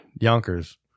Yonkers